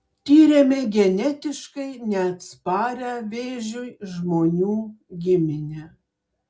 tyrėme genetiškai neatsparią vėžiui žmonių giminę